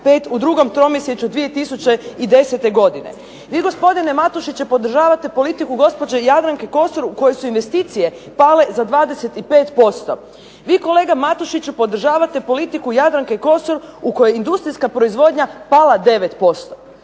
u drugom tromjesečju 2010. godine. Vi gospodine Matušiću podržavate politiku gospođe Jadranke Kosor u kojoj su investicije pale za 25%. Vi kolega Matušiću podržavate politiku Jadranke Kosor u kojoj je industrijska proizvodnja pala 9%.